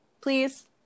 Please